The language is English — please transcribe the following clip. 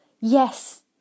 Yes